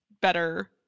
better